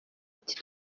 iti